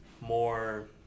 more